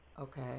Okay